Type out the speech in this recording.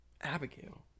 Abigail